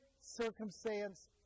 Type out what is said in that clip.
circumstance